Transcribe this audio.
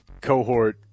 cohort